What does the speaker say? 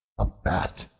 a bat,